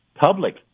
public